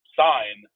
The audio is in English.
sign